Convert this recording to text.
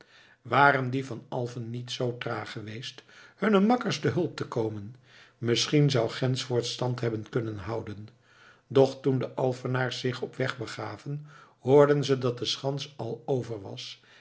waren die van alfen niet zoo traag geweest hunne makkers te hulp te komen misschien zou ghensfort stand hebben kunnen houden doch toen de alfenaars zich op weg begaven hoorden ze dat de schans al over was